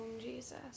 Jesus